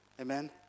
Amen